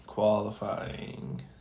Qualifying